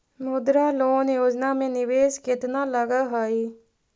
मुद्रा लोन योजना में निवेश केतना लग हइ?